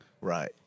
right